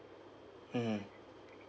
mmhmm